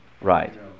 Right